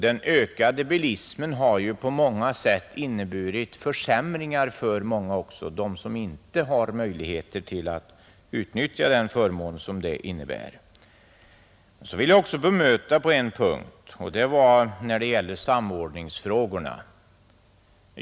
Den ökade bilismen har ju på många sätt också inneburit försämringar för många, nämligen för dem som inte har möjlighet att utnyttja den förmån bilismen innebär. Jag vill också på en punkt bemöta statsrådet, nämligen när det gäller samordningsfrågorna.